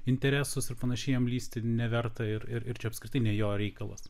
interesus ir panašiem lįsti neverta ir ir čia apskritai ne jo reikalas